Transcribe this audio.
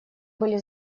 были